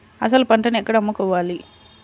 అసలు పంటను ఎక్కడ అమ్ముకోవాలి?